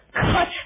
cut